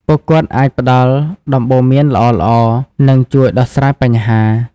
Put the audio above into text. ពួកគាត់អាចផ្ដល់ដំបូន្មានល្អៗ និងជួយដោះស្រាយបញ្ហា។